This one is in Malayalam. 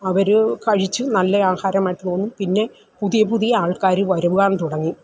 അവർ കഴിച്ചു നല്ല ആഹാരമായിട്ട് തോന്നി പിന്നെ പുതിയ പുതിയ ആൾക്കാർ വരുവാൻ തുടങ്ങി